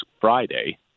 Friday